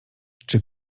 czy